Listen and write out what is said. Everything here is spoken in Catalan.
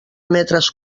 metres